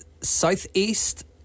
southeast